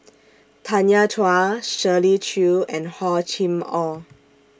Tanya Chua Shirley Chew and Hor Chim Or